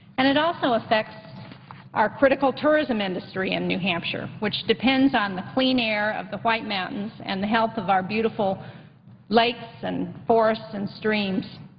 and it also affects our critical tourism industry in new hampshire, which depends on the clean air of the white mountains and the health of our beautiful lakes and forests and streams.